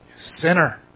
sinner